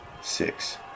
six